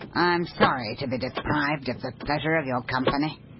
i'm sorry to be deprived of the pleasure of your company.